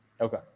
Okay